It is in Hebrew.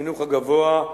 בחינוך הגבוה,